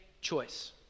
choice